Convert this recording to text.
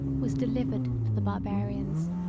was delivered to the barbarians,